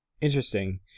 interesting